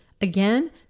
Again